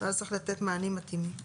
ואז צריך לתת מענים מתאימים.